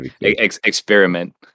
Experiment